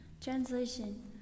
Translation